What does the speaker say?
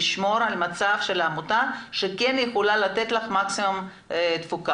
לשמור על מצב של העמותה שכן יכולה לתת לך מקסימום תפוקה?